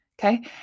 Okay